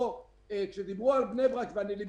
כשדיברו על בני-ברק ולבי,